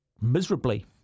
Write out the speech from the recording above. miserably